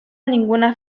ninguna